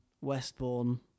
Westbourne